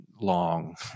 long